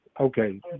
okay